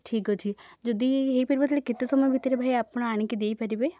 ଠିକ୍ ଅଛି ଯଦି ହେଇପାରିବ ତାହେଲେ କେତେ ସମୟ ଭିତରେ ଭାଇ ଆପଣ ଆଣିକି ଦେଇପାରିବେ